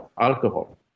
alcohol